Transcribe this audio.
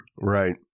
Right